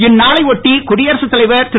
இந்நாளை ஒட்டி குடியரசுத் தலைவர் திரு